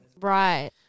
Right